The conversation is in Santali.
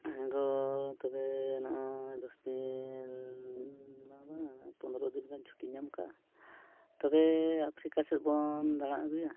ᱤᱧᱫᱚ ᱛᱚᱵᱮ ᱱᱚᱜᱼᱚᱭ ᱫᱚᱥᱫᱤᱱ ᱫᱚ ᱵᱟᱝ ᱯᱚᱱᱨᱚ ᱫᱤᱱ ᱜᱟᱱ ᱪᱷᱩᱴᱤᱧ ᱧᱟᱢ ᱠᱟᱜᱼᱟ ᱛᱚᱵᱮ ᱟᱯᱷᱨᱤᱠᱟ ᱥᱮᱫ ᱵᱚᱱ ᱫᱟᱬᱟ ᱟᱹᱜᱩᱭᱟ